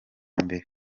mbere